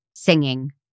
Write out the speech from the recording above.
singing